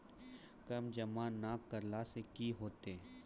कर जमा नै करला से कि होतै?